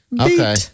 Okay